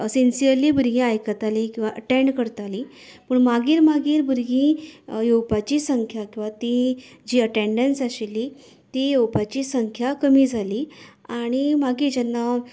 sincerely भुरगीं आयकतालीं किंवां अटँड करताली पूण मागीर मागीर भुरगीं येवपाची संख्या किंवां ती जी अटँडन्स आशिल्ली ती येवपाची संख्या कमी जाली आनी मागीर जेन्ना